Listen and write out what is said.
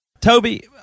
Toby